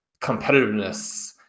competitiveness